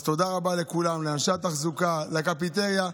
אז תודה רבה לכולם, לאנשי התחזוקה, לקפיטריה.